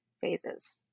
phases